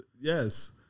yes